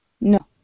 No